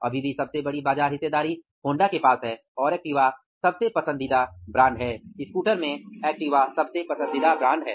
अभी भी सबसे बड़ी बाजार हिस्सेदारी होंडा के पास है और एक्टिवा सबसे पसंदीदा ब्रांड है